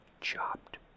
chopped